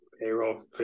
Payroll